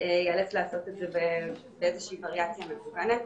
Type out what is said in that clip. ייאלץ לעשות את זה באיזה שהיא וריאציה מקוונת.